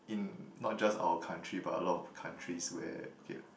in not just our country but a lot of countries where okay